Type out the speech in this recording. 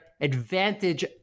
Advantage